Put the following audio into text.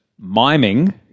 miming